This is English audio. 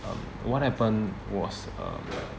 um what happened was uh